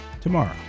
tomorrow